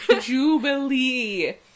Jubilee